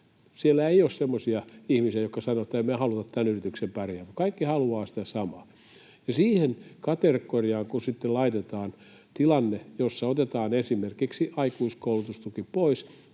Siellä ei ole semmoisia ihmisiä, jotka sanovat, että ”ei me haluta tämän yrityksen pärjäävän”. Kaikki haluavat sitä samaa. Siihen kategoriaan sitten laitetaan tilanne, jossa otetaan pois esimerkiksi aikuiskoulutustuki,